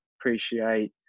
appreciate